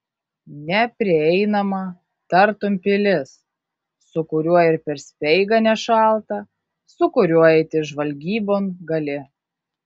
neprieinamą tartum pilis su kuriuo ir per speigą nešalta su kuriuo eiti žvalgybon gali